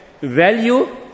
value